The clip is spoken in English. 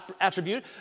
attribute